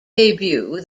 debut